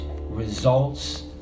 results